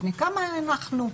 בני כמה אנחנו,